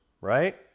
right